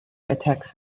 attacks